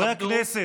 חברי הכנסת,